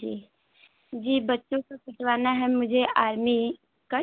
जी जी बच्चों का कटवाना है मुझे आर्मी कट